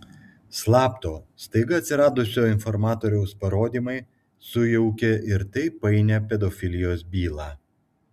slapto staiga atsiradusio informatoriaus parodymai sujaukė ir taip painią pedofilijos bylą